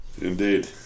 Indeed